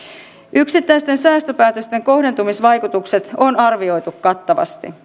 yksittäisten säästöpäätösten kohdentumisvaikutukset on arvioitu kattavasti